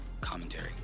Commentary